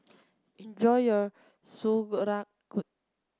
enjoy your